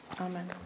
Amen